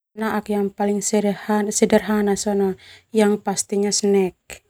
Nanaak paling sederhana yang pastinya sona snack.